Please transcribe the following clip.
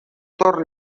torn